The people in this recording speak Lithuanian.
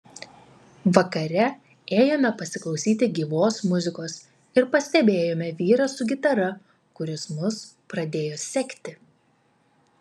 vakare ėjome pasiklausyti gyvos muzikos ir pastebėjome vyrą su gitara kuris mus pradėjo sekti